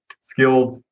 skilled